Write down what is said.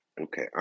okay